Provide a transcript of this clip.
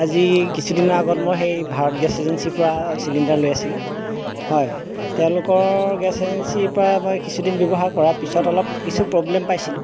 আজি কিছুদিনৰ আগত মই সেই ভাৰত গেছ এজেঞ্চি পৰা চিলিণ্ডাৰ লৈ আছিলো হয় তেওঁলোকৰ গেছ এজেঞ্চি পৰা মই কিছুদিন ব্যৱহাৰ কৰা পিছত অলপ কিছু প্ৰব্লেম পাইছিলো